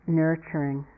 nurturing